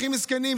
הכי מסכנים,